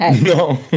No